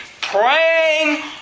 Praying